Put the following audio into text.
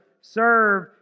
serve